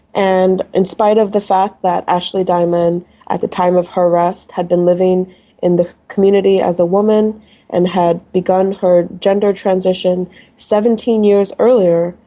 and in spite of the fact that ashley diamond at the time of her arrest had been living in the community as a woman and had begun her gender transition seventeen years earlier,